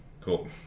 Cool